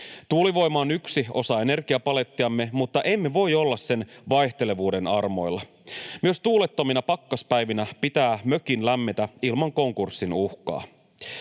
Tuulivoima on yksi osa energiapalettiamme, mutta emme voi olla sen vaihtelevuuden armoilla. Myös tuulettomina pakkaspäivinä pitää mökin lämmetä ilman konkurssin uhkaa.